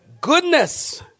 Goodness